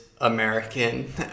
American